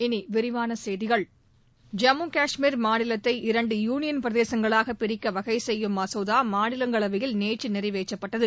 இனி விரிவான செய்திகள் ஜம்மு கஷ்மீர் மாநிலத்தை இரண்டு யூளியன் பிரதேசங்களாக பிரிக்க வகைசெய்யும் மசோதா மாநிலங்களவையில் நேற்று நிறைவேற்றப்பட்டது